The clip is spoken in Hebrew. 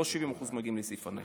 לא 70% מגיעים בסעיף הנכד.